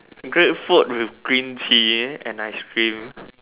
grapefruit with green tea and ice cream